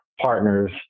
partners